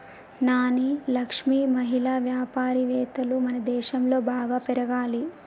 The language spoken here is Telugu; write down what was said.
నాని లక్ష్మి మహిళా వ్యాపారవేత్తలు మనదేశంలో బాగా పెరగాలి